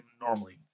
normally